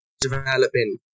developing